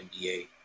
NBA